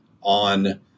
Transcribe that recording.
on